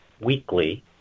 weekly